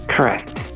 Correct